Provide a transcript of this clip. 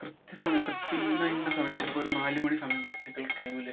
കൃത്യസമയം കൃത്യം ഇന്ന ഇന്ന സമയം ചിലപ്പോൾ ഒരു നാല് മണി സമയം പർട്ടിക്കുലർ ടൈമിൽ